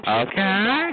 okay